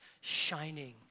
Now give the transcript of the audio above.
shining